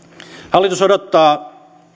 hallitus odottaa